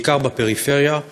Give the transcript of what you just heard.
בעיקר בפריפריה,